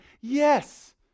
Yes